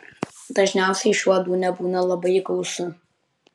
dažniausiai šių uodų nebūna labai gausu